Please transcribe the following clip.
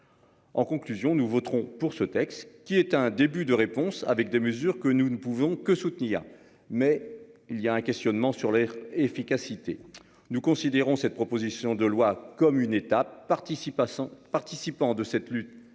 En conclusion, nous voterons pour ce texte qui est un début de réponse avec des mesures que nous ne pouvons que soutenir mais il y a un questionnement sur leur efficacité. Nous considérons cette proposition de loi comme une étape participe à 100